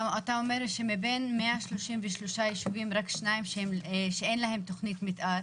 אתה אומר שמבין 133 ישובים רק שניים אין להם תכנית מתאר,